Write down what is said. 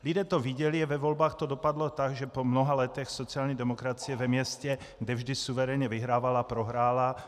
Lidé to viděli, ve volbách to dopadlo tak, že po mnoha letech sociální demokracie ve městě, kde vždy suverénně vyhrávala, prohrála.